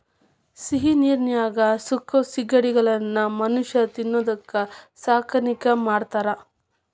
ಸಿಹಿನೇರಿನ್ಯಾಗ ಸಾಕೋ ಸಿಗಡಿಗಳನ್ನ ಮನುಷ್ಯ ತಿನ್ನೋದಕ್ಕ ಸಾಕಾಣಿಕೆ ಮಾಡ್ತಾರಾ